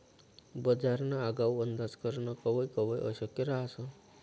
बजारना आगाऊ अंदाज करनं कवय कवय अशक्य रहास